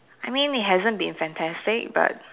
I mean it hasn't been fantastic but